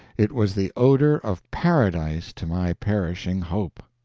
it was the odor of paradise to my perishing hope!